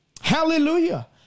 Hallelujah